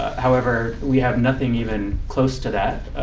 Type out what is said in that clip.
however, we have nothing even close to that.